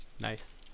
Nice